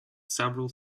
several